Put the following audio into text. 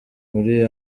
muri